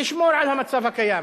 לשמור על המצב הקיים.